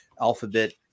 alphabet